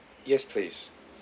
yes please